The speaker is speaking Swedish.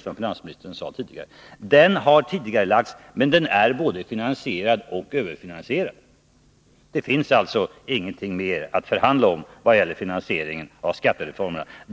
som finansministern tidigare sade, ha kommit 1984 — är både finansierad och överfinansierad. Det finns alltså ingenting mer att förhandla om när det gäller finansieringen av skattereformerna.